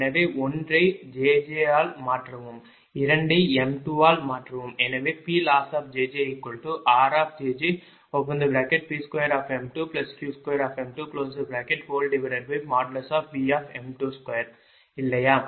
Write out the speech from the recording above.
எனவே 1 ஐ jj ஆல் மாற்றவும் 2 ஐ m2 ஆல் மாற்றவும் எனவே PlossjjrjjP2m2 Q2Vm22 இல்லையா